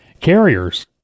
Carriers